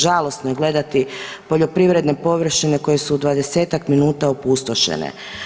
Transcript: Žalosno je gledati poljoprivredne površine koje su u 20-tak minuta opustošene.